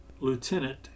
lieutenant